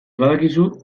badakizu